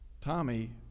Tommy